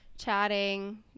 Chatting